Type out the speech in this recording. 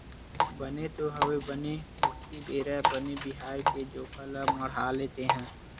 बने तो हवय बने अक्ती बेरा बने बिहाव के जोखा ल मड़हाले तेंहा